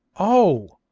oh!